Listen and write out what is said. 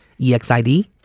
EXID